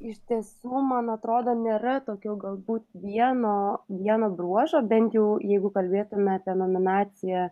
iš tiesų man atrodo nėra tokio galbūt vieno vieno bruožo bent jau jeigu kalbėtumėme apie nominaciją